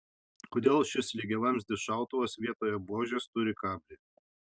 kodėl šis lygiavamzdis šautuvas vietoje buožės turi kablį